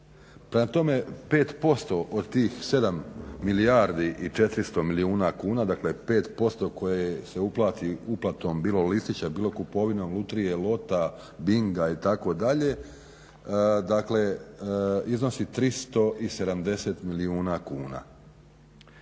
Prema tome, 5% od tih 7 milijardi i 400 milijuna kuna, dakle 5% koje se uplati uplatom bilo listićem, bilo kupovinom lutrije, lota, binga itd. dakle iznosi 370 milijuna kuna.